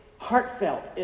heartfelt